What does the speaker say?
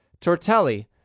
Tortelli